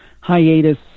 hiatus